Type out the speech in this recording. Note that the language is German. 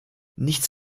nichts